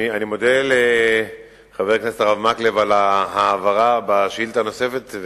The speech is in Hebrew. אני מודה לחבר הכנסת הרב מקלב על ההבהרה בשאילתא הנוספת.